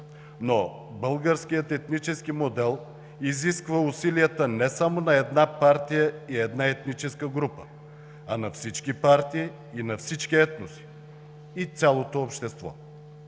Но българският етнически модел изисква усилията не само на една партия и една етническа група, а на всички партии и на всички етноси, на цялото общество.